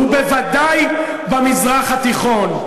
ובוודאי במזרח התיכון,